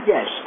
Yes